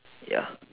ya